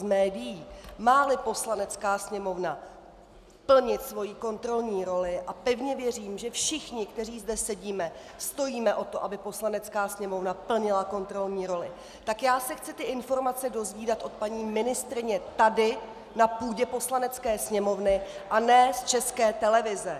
Máli Poslanecká sněmovna plnit svoji kontrolní roli, a pevně věřím, že všichni, kteří zde sedíme, stojíme o to, aby Poslanecká sněmovna plnila kontrolní roli, tak já se chci ty informace dozvídat od paní ministryně tady na půdě Poslanecké sněmovny, a ne z České televize.